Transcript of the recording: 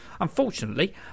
Unfortunately